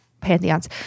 pantheons